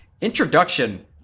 Introduction